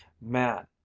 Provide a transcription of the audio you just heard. Man